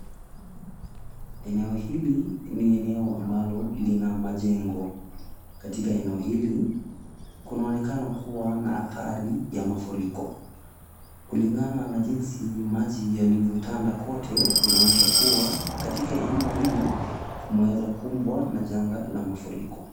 Hili ni eneo ambalo lina majengo, katika eneo hili kunaonekana kua na athari ya mafuriko. Kulingana na jinsi maji yalivyotanda kote inaonyesha kuwa katika eneo hili kumeweza kumbwa na janga la mafuriko.